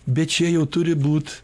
bet čia jau turi būt